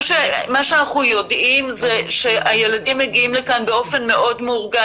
מה שאנחנו יודעים זה שהילדים מגיעים לכאן באופן מאוד מאורגן.